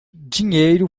dinheiro